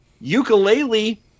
Ukulele